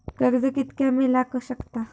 कर्ज कितक्या मेलाक शकता?